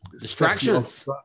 distractions